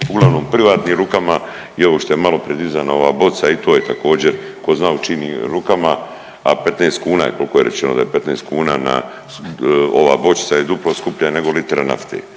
uglavnom u privatnim rukama i ovo što je malo prije dizana ova boca i to je također tko zna u čijim rukama, a 15 kuna je, koliko je rečeno da je 15 kn na, ova bočica je duplo skuplja nego litra nafte.